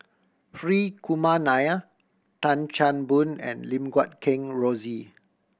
Hri Kumar Nair Tan Chan Boon and Lim Guat Kheng Rosie